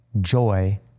Joy